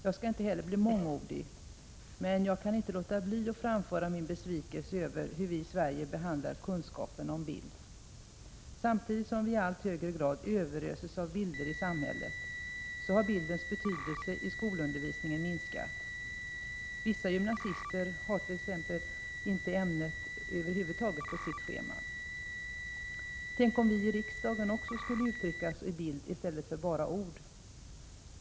Jag skall inte heller bli mångordig, men jag kan inte låta bli att framföra min besvikelse över hur vi i Sverige behandlar kunskapen om bild. Samtidigt som vii allt högre grad överöses av bilder i samhället så har bildens betydelse i skolundervisningen minskat. Vissa gymnasister har över huvud taget inte ämnet på schemat. Tänk, om vi i riksdagen uttryckte oss även i bild i stället för med bara ord!